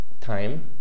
time